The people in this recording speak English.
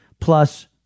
plus